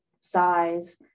size